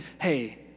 hey